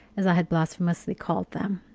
as i had blasphemously called them.